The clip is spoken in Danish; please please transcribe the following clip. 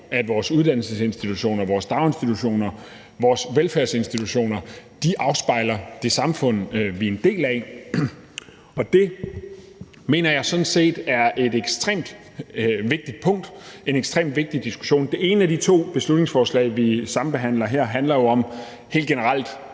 at vores uddannelsesinstitutioner, vores daginstitutioner, vores velfærdsinstitutioner afspejler det samfund, vi er en del af. Det mener jeg sådan set er et ekstremt vigtigt punkt, en ekstremt vigtig diskussion. Det ene af de to beslutningsforslag, vi sambehandler her, handler jo om helt generelt